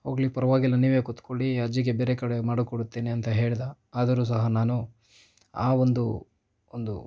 ಹೋಗಲಿ ಪರವಾಗಿಲ್ಲ ನೀವೇ ಕೂತ್ಕೊಳ್ಳಿ ಅಜ್ಜಿಗೆ ಬೇರೆ ಕಡೆ ಮಾಡಿಕೊಡುತ್ತೇನೆ ಅಂತ ಹೇಳಿದ ಆದರೂ ಸಹ ನಾನು ಆ ಒಂದು ಒಂದು